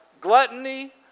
gluttony